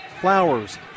Flowers